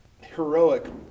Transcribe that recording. heroic